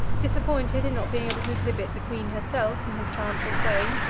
disappointed in not being able to exhibit the queen herself in his triumphal train,